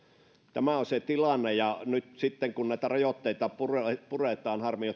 tämä on se tilanne ja nyt sitten kun näitä rajoitteita puretaan harmi